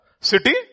city